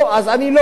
אז אני לא.